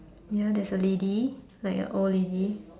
ya there's a lady like a old lady